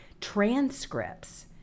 transcripts